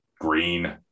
Green